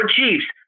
Chiefs